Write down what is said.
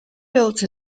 built